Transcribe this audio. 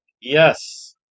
Yes